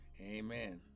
Amen